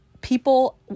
People